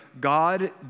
God